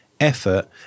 effort